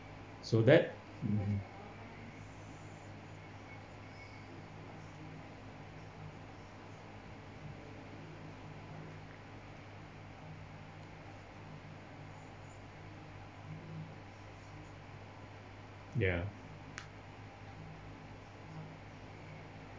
so that mmhmm ya